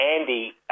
Andy